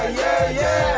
yeah yeah